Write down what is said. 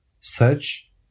search